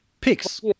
Picks